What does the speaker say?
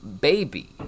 baby